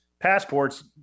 passports